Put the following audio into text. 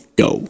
go